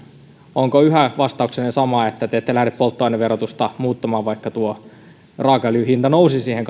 onko yhä vastauksenne sama että te ette lähde polttoaineverotusta muuttamaan vaikka tuo raakaöljyn hinta nousisi siihen